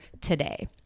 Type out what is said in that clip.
today